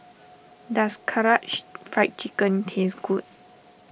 does Karaage Fried Chicken taste good